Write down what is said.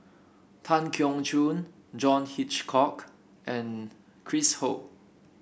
Tan Keong Choon John Hitchcock and Chris Ho